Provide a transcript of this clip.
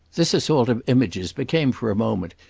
this assault of images became for a moment,